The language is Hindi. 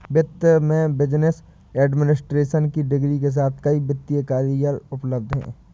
वित्त में बिजनेस एडमिनिस्ट्रेशन की डिग्री के साथ कई वित्तीय करियर उपलब्ध हैं